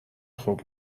خوب